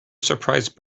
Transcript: surprise